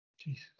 Jesus